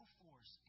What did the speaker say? force